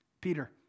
Peter